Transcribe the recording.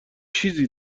چیزی